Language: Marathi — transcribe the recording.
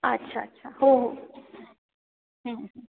अच्छा अच्छा हो हो